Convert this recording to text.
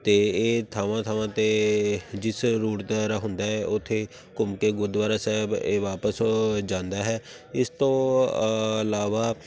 ਅਤੇ ਇਹ ਥਾਵਾਂ ਥਾਵਾਂ 'ਤੇ ਜਿਸ ਰੂਟ ਦੁਆਰਾ ਹੁੰਦਾ ਉੱਥੇ ਘੁੰਮ ਕੇ ਗੁਰਦੁਆਰਾ ਸਾਹਿਬ ਇਹ ਵਾਪਸ ਜਾਂਦਾ ਹੈ ਇਸ ਤੋਂ ਇਲਾਵਾ